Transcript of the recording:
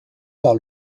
par